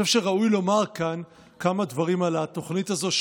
ראוי לומר כאן כמה דברים על התוכנית הזאת,